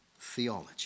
theology